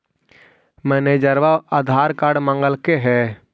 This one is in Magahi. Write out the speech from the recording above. मैनेजरवा आधार कार्ड मगलके हे?